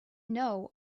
know